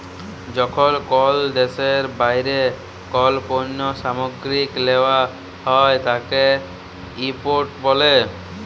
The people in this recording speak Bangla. যখন কল দ্যাশের বাইরে কল পল্য সামগ্রীকে লেওয়া হ্যয় তাকে ইম্পোর্ট ব্যলে